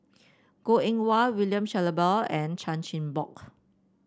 Goh Eng Wah William Shellabear and Chan Chin Bock